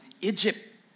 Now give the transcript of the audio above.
Egypt